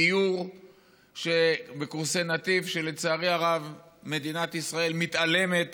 גיור בקורסי נתיב, שלצערי הרב מדינת ישראל מתעלמת